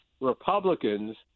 Republicans